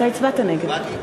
אתה הצבעת נגד.